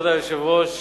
כבוד היושב-ראש,